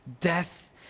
Death